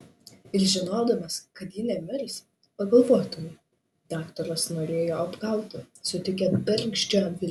ir žinodamas kad ji nemirs pagalvotumei daktarai norėjo apgauti suteikė bergždžią viltį